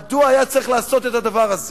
מדוע היה צריך לעשות את הדבר הזה?